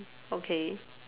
okay